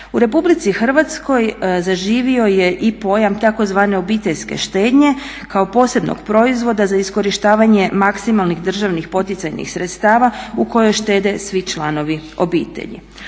U Republici Hrvatskoj zaživio je i pojam tzv. obiteljske štednje kao posebnog proizvoda za iskorištavanje maksimalnih državnih poticajnih sredstava u kojoj štede svi članovi obitelji.